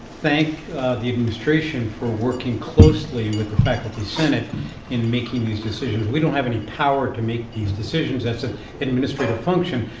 thank the administration for working closely with the faculty senate in making these decisions. we don't have any power to make these decisions, that's an administrative function,